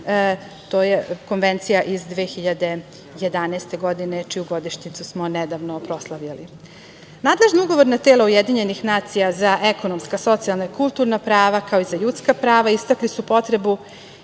To je konvencija iz 2011. godine čiju godišnjicu smo nedavno proslavljali. Nadležno ugovorno telo UN za ekonomska, socijalna, kulturna prava, kao i za ljudska prava istakli su potrebu